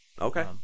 Okay